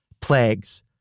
plagues